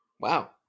Wow